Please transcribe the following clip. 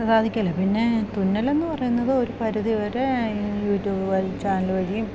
സാധിക്കേല പിന്നെ തുന്നൽ എന്ന് പറയുന്നത് ഒരു പരിധി വരെ ഈ യൂട്യൂബ് വ ചാനൽ വഴിയും